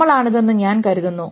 നമ്മൾ ആണിതെന്ന് ഞാൻ കരുതുന്നു